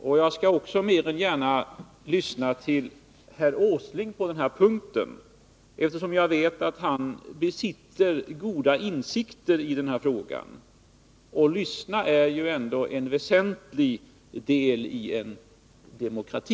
Och jag skall också mer än gärna lyssna till herr Åsling på den här punkten, eftersom jag vet att han besitter goda insikter i den här frågan. Och att lyssna är ju en väsentlig del i en demokrati.